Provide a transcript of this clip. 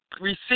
receive